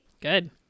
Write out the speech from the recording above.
Good